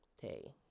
hey